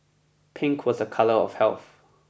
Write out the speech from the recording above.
pink was a colour of health